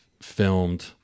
filmed